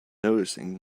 noticing